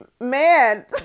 man